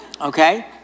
okay